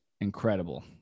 incredible